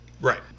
Right